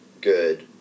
good